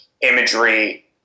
imagery